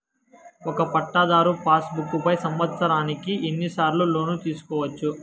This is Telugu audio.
ఒక పట్టాధారు పాస్ బుక్ పై సంవత్సరానికి ఎన్ని సార్లు లోను తీసుకోవచ్చు?